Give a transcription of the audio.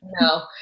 No